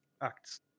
acts